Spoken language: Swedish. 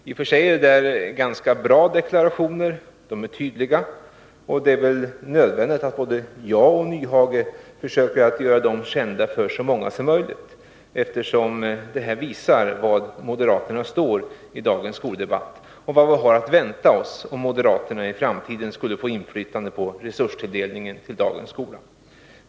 I och för sig är de där deklarationerna ganska bra därför att de är tydliga. Och det är väl nödvändigt att både jag och Hans Nyhage försöker göra dem kända för så många som möjligt, eftersom de visar var moderaterna står i dagens skoldebatt och vad vi har att vänta oss, om de i framtiden skulle få inflytande på resurstilldelningen till dagens skola.